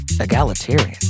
egalitarian